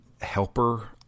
helper